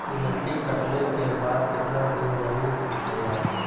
लौकी कटले के बाद केतना दिन रही सकेला?